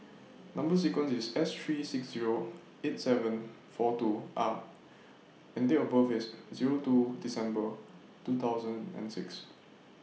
Number sequence IS S three six Zero eight seven four two R and Date of birth IS Zero two December two thousand and six